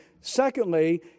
secondly